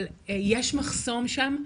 אבל יש מחסום שם,